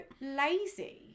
lazy